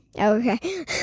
Okay